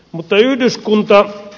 mutta yhdyskuntaa